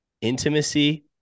Intimacy